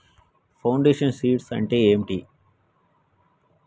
Foundation seeds అంటే ఏంటి?